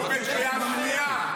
אני מבקש שקט במליאה.